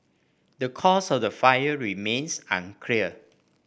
the cause of the fire remains unclear